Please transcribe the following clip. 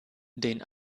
den